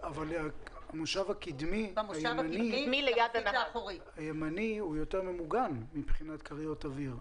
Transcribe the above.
אבל בדרך כלל המושב הקדמי הימני יותר ממוגן מבחינת כריות אוויר.